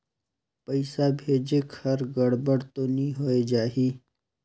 पइसा भेजेक हर गड़बड़ तो नि होए जाही?